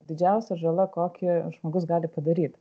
didžiausia žala kokį žmogus gali padaryt